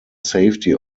safety